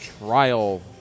trial